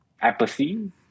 apathy